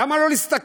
למה לא להסתכל,